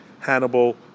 Hannibal